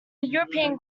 european